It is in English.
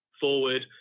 forward